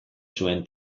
zuen